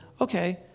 okay